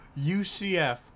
UCF